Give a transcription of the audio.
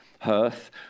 hearth